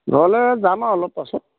নহ'লে যাম আৰু অলপ পাছত